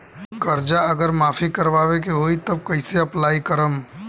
कर्जा अगर माफी करवावे के होई तब कैसे अप्लाई करम?